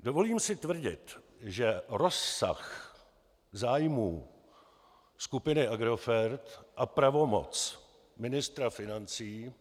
Dovolím si tvrdit, že rozsah zájmů skupiny Agrofert a pravomoc ministra financí